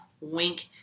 Wink